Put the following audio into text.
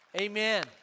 Amen